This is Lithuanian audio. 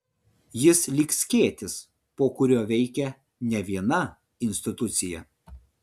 jis lyg skėtis po kuriuo veikia ne viena institucija